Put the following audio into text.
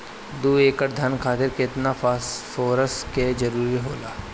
दु एकड़ धान खातिर केतना फास्फोरस के जरूरी होला?